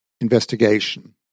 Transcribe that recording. investigation